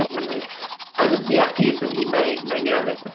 i'm like i'll just be at peace and eat my my name.